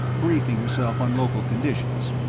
briefing herself on local conditions.